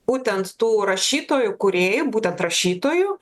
būtent tų rašytojų kūrėjų būtent rašytojų